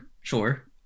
sure